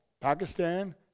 Pakistan